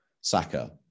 Saka